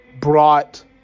brought